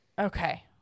Okay